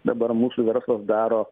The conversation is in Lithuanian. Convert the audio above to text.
dabar mūsų verslas daro